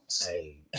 Hey